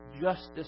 justice